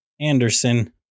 Anderson